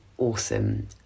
awesome